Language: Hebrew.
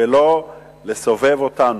ולא לסובב אותנו.